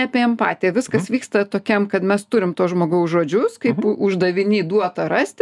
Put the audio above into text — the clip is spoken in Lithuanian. apie empatiją viskas vyksta tokiam kad mes turim to žmogaus žodžius kaip uždaviny duotą rasti